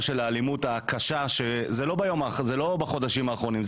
של האלימות הקשה זה לא בחודשים האחרונים,